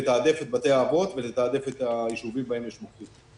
לתעדף את בתי האבות ואת היישובים שבהם יש התפרצות.